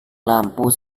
lampu